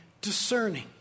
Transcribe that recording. discerning